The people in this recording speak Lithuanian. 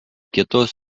kitos